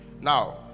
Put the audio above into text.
now